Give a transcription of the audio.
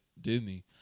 Disney